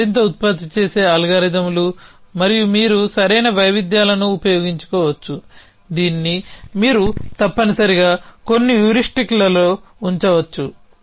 ఇది మరింత ఉత్పత్తి చేసే అల్గారిథమ్లు మరియు మీరు సరైన వైవిధ్యాలను ఉపయోగించుకోవచ్చు దీన్ని మీరు తప్పనిసరిగా కొన్ని హ్యూరిస్టిక్లలో ఉంచవచ్చు